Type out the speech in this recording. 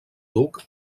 duc